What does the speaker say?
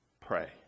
pray